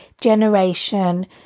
generation